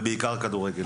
ובעיקר את הכדורגל.